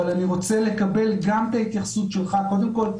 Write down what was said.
אבל אני רוצה לקבל גם את ההתייחסות שלך קודם כל,